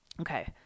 Okay